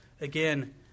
Again